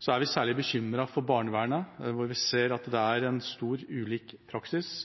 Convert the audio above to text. Så er vi særlig bekymret for barnevernet, hvor vi ser at det er stor ulik praksis,